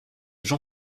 jean